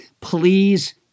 please